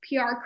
PR